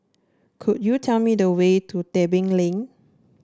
could you tell me the way to Tebing Lane